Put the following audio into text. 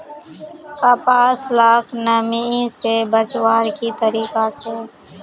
कपास लाक नमी से बचवार की तरीका छे?